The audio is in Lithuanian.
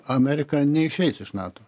amerika neišeis iš nato